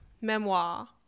memoir